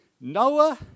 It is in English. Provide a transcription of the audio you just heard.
Noah